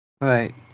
Right